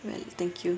well thank you